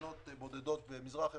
ממדינות בודדות במזרח אירופה,